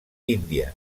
índia